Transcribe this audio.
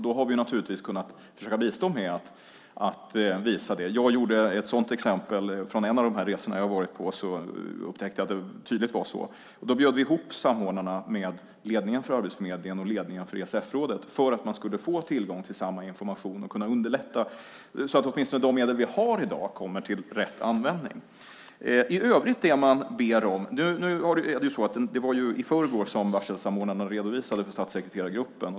Då har vi kunnat försöka bistå med att visa det. Från en av de resor som jag varit på upptäckte jag att det tydligt var så. Vi bjöd då in samordnarna tillsammans med ledningen för Arbetsförmedlingen och ledningen för ESF-rådet så att de skulle få tillgång till samma information för att underlätta och så att åtminstone de medel som vi har i dag kommer till rätt användning. Det var i förrgår som varselsamordnarna redovisade för statssekreterargruppen.